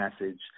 message –